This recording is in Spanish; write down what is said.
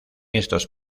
estos